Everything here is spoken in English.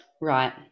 Right